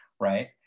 right